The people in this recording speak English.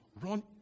Run